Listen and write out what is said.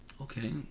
okay